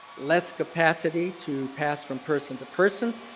less capacity to pass from person to person.